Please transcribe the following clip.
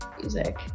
music